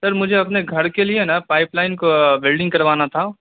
سر مجھے اپنے گھر کے لیے نا پائپ لائن کو ویلڈنگ کروانا تھا